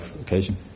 occasion